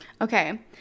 Okay